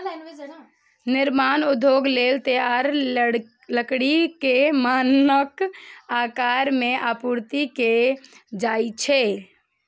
निर्माण उद्योग लेल तैयार लकड़ी कें मानक आकार मे आपूर्ति कैल जाइ छै